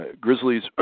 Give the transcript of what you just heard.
Grizzlies